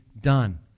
done